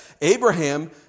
Abraham